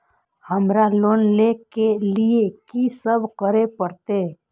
हमरा लोन ले के लिए की सब करे परते?